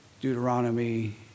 Deuteronomy